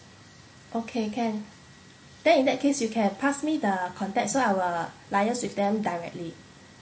okay can then in that case you can pass me the contact so I will liaise with them directly